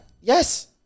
yes